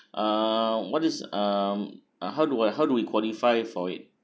uh what is um uh how do I how do we qualify for it